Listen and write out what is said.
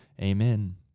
Amen